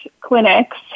clinics